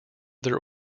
their